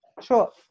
Sure